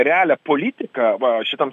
realią politiką va šitam